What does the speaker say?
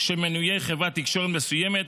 של מנויי חברת תקשורת מסוימת